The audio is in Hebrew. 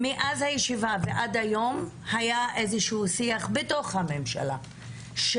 מאז הישיבה הקודמת ועד היום היה איזשהו שיח בתוך הממשלה עם